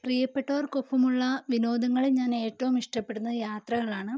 പ്രിയപ്പെട്ടവര്ക്കൊപ്പമുള്ള വിനോദങ്ങളില് ഞാന് ഏറ്റവും ഇഷ്ടപ്പെടുന്നത് യാത്രകളാണ്